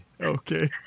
Okay